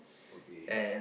okay